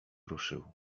ruszył